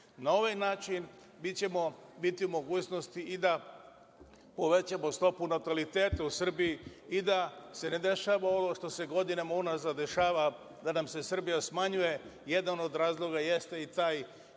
ovaj način mi ćemo biti u mogućnosti i da povećamo stopu nataliteta u Srbiji i da se ne dešava ono što se godinama unazad dešava. Da nam se Srbija smanjuje, jedan od razloga jeste i taj